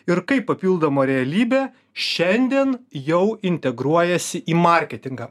ir kaip papildoma realybė šiandien jau integruojasi į marketingą